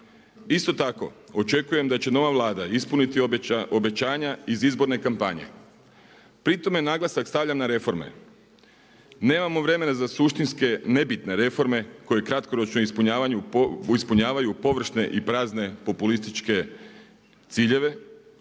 Isto tako očekujem da će nova Vlada ispuniti obećanja iz izborne kampanje. Pri tome naglasak stavljam na reforme. Nemamo vremena za suštinske reforme koje kratkoročno ispunjavaju površne i prazne populističke ciljeve.